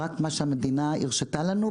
רק מה שהמדינה הרשתה לנו,